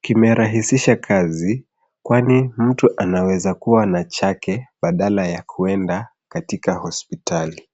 Kimerahisisha kazi kwani mtu anaweza kua na chake badala ya kwenda katika hospitali.